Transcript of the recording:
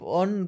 on